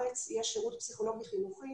משרד החינוך מפעיל מערך ארצי של פסיכולוגים חינוכיים.